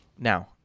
Now